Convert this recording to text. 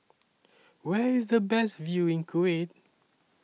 Where IS The Best View in Kuwait